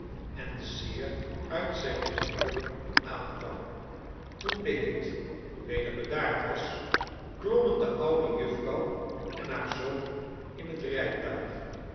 en zeer uit zijn humeur aankwam toen de hit weder bedaard was klommen de oude jufvrouw en haar zoon in het rijtuig